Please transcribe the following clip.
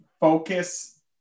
focus